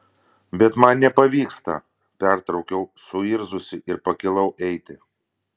bet man nepavyksta pertraukiau suirzusi ir pakilau eiti